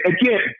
Again